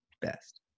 best